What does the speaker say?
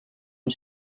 une